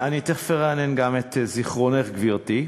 אני תכף ארענן גם את זיכרונך, גברתי.